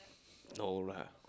no lah